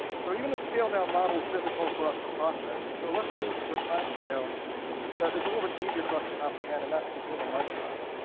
so even the scaled-down model is difficult for us to process, so let's move to a timescale that is a little bit easier for us to comprehend, and that's the human lifetime.